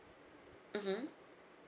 mmhmm